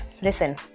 listen